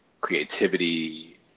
creativity